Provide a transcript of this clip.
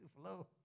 flow